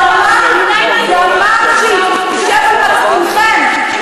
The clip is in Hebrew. דמם ישב על מצפונכם,